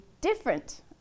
different